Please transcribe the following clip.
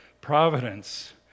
providence